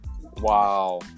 Wow